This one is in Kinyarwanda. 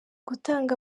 gutanga